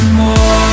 more